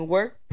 Work